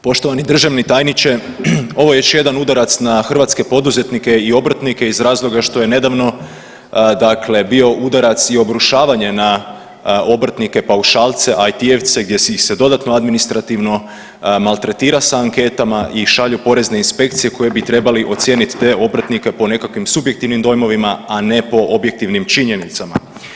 Poštovani državni tajniče ovo je još jedan udarac na hrvatske poduzetnike i obrtnike iz razloga što je nedavno dakle bio udarac i obrušavanje na obrtnike paušalce, IT-evce, gdje se ih se dodatno administrativno maltretira s anketama i šalju porezne inspekcije koji bi trebali ocijeniti te obrtnike po nekakvim subjektivnim dojmovima, a ne po objektivnim činjenicama.